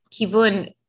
Kivun